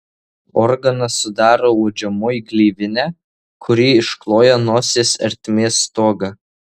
organą sudaro uodžiamoji gleivinė kuri iškloja nosies ertmės stogą